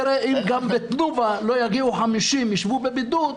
תראה, אם גם בתנובה לא יגיעו 50, ישבו בבידוד,